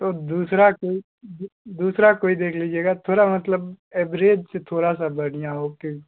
तो दूसरा कोई दूसरा कोई देख लीजिएगा थोड़ा मतलब एभरेज से थोड़ा सा बढ़ियाँ हो कि